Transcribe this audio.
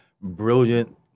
brilliant